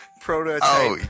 prototype